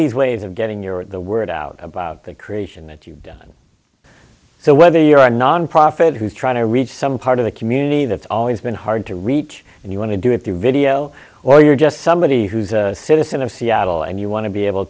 these ways of getting your what the word out about the creation that you've done so whether you're a nonprofit who's trying to reach some part of the community that's always been hard to reach and you want to do it through video or you're just somebody who's a citizen of seattle and you want to be able